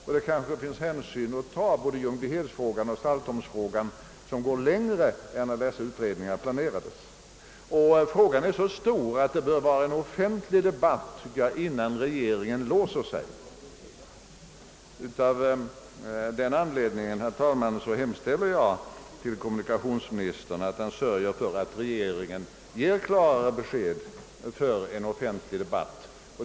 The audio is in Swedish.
Man kan nu få lov att ta vidare hänsyn till både Ljungbyheds-frågan och Saltholms-frågan än man hade till uppgift att göra när dessa utredningar planerades. Frågan är så omfattande och viktig att vi bör ha en offentlig debatt innan regeringen låser sig. Av denna anledning, herr talman, hemställer jag att kommunikationsministern sörjer för att regeringen ger klarare besked och därmed förutsättningar för en offentlig dehatt.